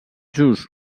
just